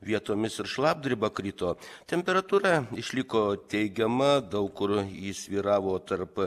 vietomis ir šlapdriba krito temperatūra išliko teigiama daug kur ji svyravo tarp